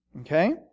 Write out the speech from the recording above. Okay